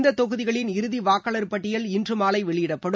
இந்த தொகுதிகளின் இறுதி வாக்காளர் பட்டியல் இன்று மாலை வெளியிடப்படும்